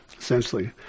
essentially